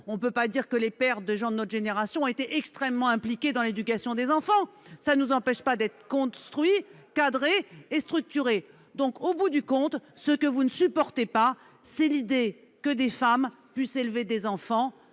on ne peut pas dire que les pères ont été extrêmement impliqués dans l'éducation des enfants. Cela ne nous empêche pas d'être construits, cadrés et structurés ! Au bout du compte, ce que vous ne supportez pas, c'est l'idée que des femmes puissent élever des enfants